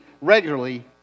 regularly